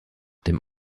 dem